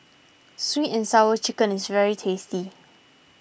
Sweet and Sour Chicken is very tasty